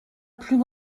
plus